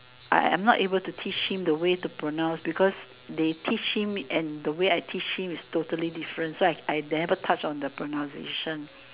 I I'm not able to teach him the way to pronounce because they teach him and the way I teach him is totally different so I I never touch on the pronunciation